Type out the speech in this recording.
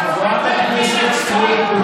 היא אומרת לי: לך מסביב.